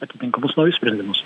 atitinkamus naujus sprendimus